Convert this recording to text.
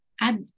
Add